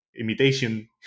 imitation